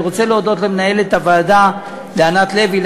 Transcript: אני רוצה להודות למנהלת הוועדה ענת לוי,